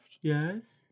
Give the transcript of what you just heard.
Yes